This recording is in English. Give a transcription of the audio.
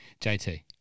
JT